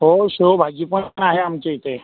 हो शेवभाजी पण आहे आमच्या इथे